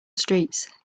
streets